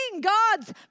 God's